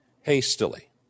hastily